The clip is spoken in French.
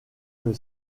que